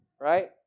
right